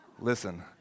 Listen